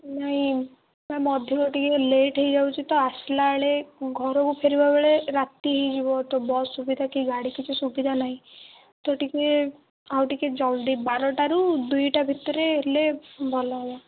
ନାଇଁ ସାର୍ ମଧୁର ଟିକିଏ ଲେଟ୍ ହେଇଯାଉଛି ତ ଆସିଲାବେଳେ ଘରକୁ ଫେରିଲାବେଳେ ରାତି ହେଇଯିବ ତ ବସ୍ ସୁବିଧା କି ଗାଡ଼ି କିଛି ସୁବିଧା ନାହିଁ ତ ଟିକିଏ ଆଉ ଟିକିଏ ଜଲ୍ଦି ବାରଟାରୁ ଦୁଇଟା ଭିତରେ ହେଲେ ଭଲ ହେବ